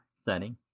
setting